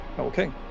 Okay